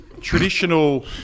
Traditional